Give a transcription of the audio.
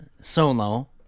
Solo